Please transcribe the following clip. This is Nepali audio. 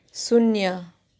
शून्य